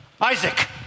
Isaac